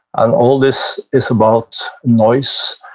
and all this is about noise.